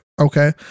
Okay